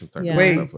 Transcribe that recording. wait